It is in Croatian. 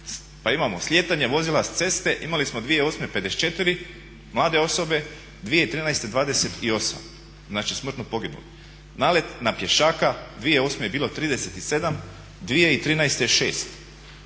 Pa imamo slijetanje vozila s ceste, imali smo 2008. 54 mlade osobe, 2013. 28, znači smrtno poginulih. Nalet na pješaka 2008.